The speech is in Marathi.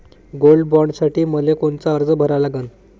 गोल्ड बॉण्डसाठी मले कोनचा अर्ज भरा लागन?